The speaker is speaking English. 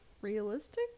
realistic